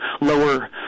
lower